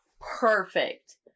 perfect